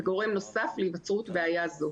וגורם נוסף להיווצרות בעיה זו.